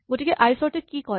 গতিকে আই চৰ্ট এ কি কয়